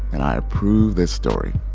and i approve this story.